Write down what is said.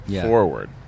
forward